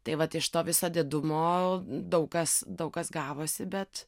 tai vat iš to viso didumo daug kas daug kas gavosi bet